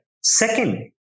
Second